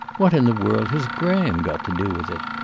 what in the world has graham got to do with it?